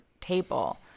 table